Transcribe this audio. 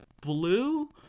blue